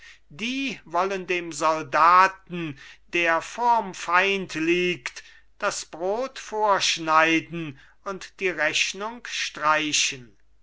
die wollen dem soldaten der vorm feind liegt das brot vorschneiden und die rechnung streichen